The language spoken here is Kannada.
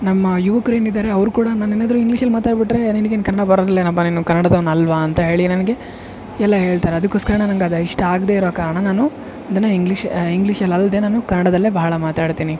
ನಮ್ಮ ಯುವಕ್ರು ಏನಿದ್ದಾರೆ ಅವ್ರು ಕೂಡ ನನ್ನನೆದಿರು ಇಂಗ್ಲೀಷಲ್ಲಿ ಮಾತಾಡ್ಬಿಟ್ಟರೆ ನಿಂಗೇನು ಕನ್ನಡ ಬರಲ್ಲೇನಪ್ಪ ನೀನು ಕನ್ನಡದವ್ನು ಅಲ್ಲವಾ ಅಂತ ಹೇಳಿ ನನಗೆ ಎಲ್ಲ ಹೇಳ್ತಾರೆ ಅದಕೋಸ್ಕರ ನನಗೆ ಅದು ಇಷ್ಟ ಆಗ್ದೇ ಇರೋ ಕಾರಣ ನಾನು ನನ್ನ ಇಂಗ್ಲಿಷ್ ಇಂಗ್ಲೀಷಲಲ್ದೆ ನಾನು ಕನ್ನಡದಲ್ಲೇ ಬಹಳ ಮಾತಾಡ್ತೀನಿ